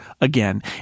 again